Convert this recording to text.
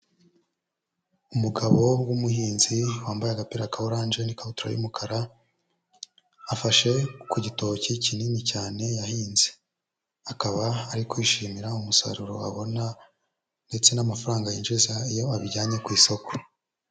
Umugabo w'umuhinzi wambaye agapira ka oranje n'ikabutura y'umukara afashe ku gitoki kinini cyane yahinze, akaba ari kwishimira umusaruro abona ndetse n'amafaranga yinjiza iyo abijyanye ku isoko.